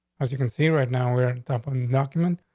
as you can see right now, we're on the document.